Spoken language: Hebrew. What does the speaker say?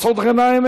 מסעוד גנאים,